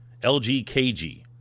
LGKG